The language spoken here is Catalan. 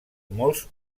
molts